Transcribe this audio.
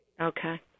Okay